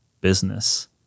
business